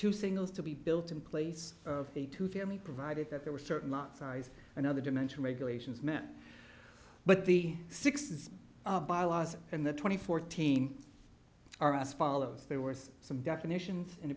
two singles to be built in place of the two family provided that they were certain not size another dimension regulations meant but the sixes and the twenty fourteen are as follows there were some definitions and